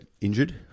injured